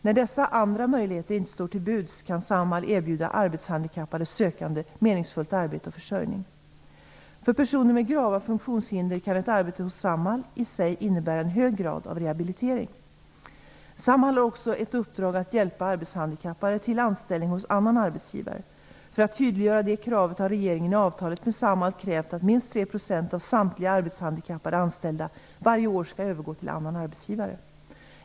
När dessa andra möjligheter inte står till buds kan Samhall erbjuda arbetshandikappade sökande meningsfullt arbete och försörjning. För personer med grava funktionshinder kan ett arbete hos Samhall i sig innebära en hög grad av rehabilitering. Samhall har också ett uppdrag att hjälpa arbetshandikappade till anställning hos annan arbetsgivare. För att tydliggöra det kravet har regeringen i avtalet med Samhall krävt att minst 3 % av samtliga arbetshandikappade anställda varje år skall övergå till annan arbetsgivare.